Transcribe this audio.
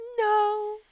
No